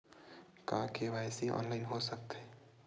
का KYC online हो सकथे?